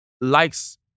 likes